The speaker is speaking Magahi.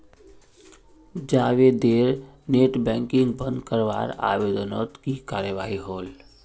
जावेदेर नेट बैंकिंग बंद करवार आवेदनोत की कार्यवाही होल?